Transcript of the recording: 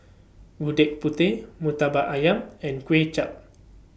Gudeg Putih Murtabak Ayam and Kuay Chap